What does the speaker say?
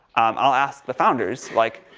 i'll ask the founders, like,